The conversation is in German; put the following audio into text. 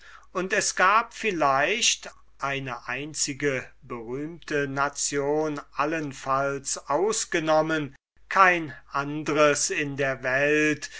und es gab vielleicht eine einzige berühmte nation allenfalls ausgenommen kein anderes in der welt